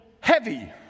heavy